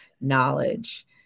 knowledge